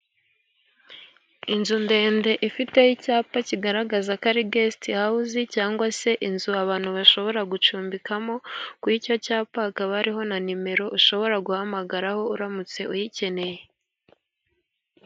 Inzu ndende ifiteho icyapa kigaragaza ko ari gesite hawuze cyangwa se inzu abantu bashobora gucumbikamo. Kuri icyo cyapa hariho na nimero ushobora guhamagaraho uramutse uyikeneye.